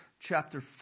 chapter